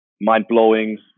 mind-blowing